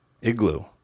igloo